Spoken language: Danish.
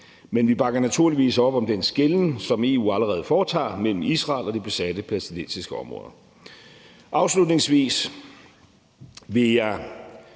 men vi bakker naturligvis op om den skelnen, som EU allerede foretager mellem Israel og de besatte palæstinensiske områder.